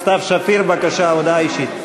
סתיו שפיר, בבקשה, הודעה אישית.